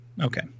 okay